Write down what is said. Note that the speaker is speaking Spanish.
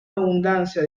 abundancia